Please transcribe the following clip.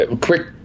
Quick